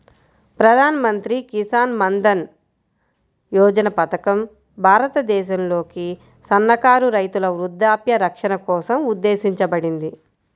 ప్రధాన్ మంత్రి కిసాన్ మన్ధన్ యోజన పథకం భారతదేశంలోని సన్నకారు రైతుల వృద్ధాప్య రక్షణ కోసం ఉద్దేశించబడింది